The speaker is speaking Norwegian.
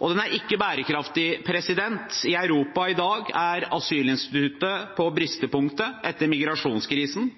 Asylpolitikken er altså ikke bærekraftig. I Europa i dag er asylinstituttet på bristepunktet etter migrasjonskrisen.